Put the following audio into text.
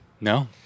No